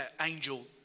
angel